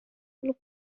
lub